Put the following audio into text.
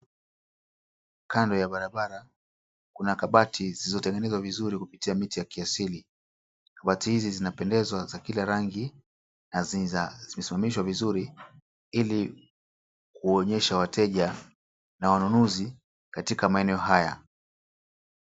Kando ya barabara kuna kabati zilizotengenezwa vizuri kupitia miti ya kiasili. Kabati hizi zinapendeza za kila rangi na zimesimamishwa vizuri ilikuonyesha wateja na wanunuzi katika maeneo haya.